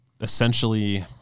essentially